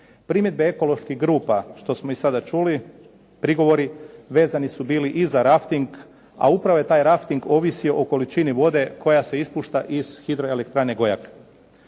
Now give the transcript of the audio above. Primjedbe ekoloških grupa što smo i sada čuli prigovori vezani su bili i za rafting, a upravo je taj rafting ovisio o količini vode koja se ispušta iz hidroelektrane Gojak.